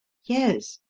yes.